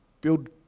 build